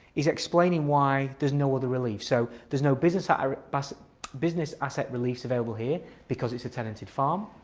he's explaining why there's no other relief so there's no business i mean but business asset release available here because it's a tenanted farm.